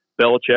Belichick